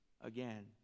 again